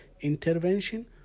intervention